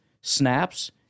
snaps